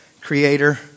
creator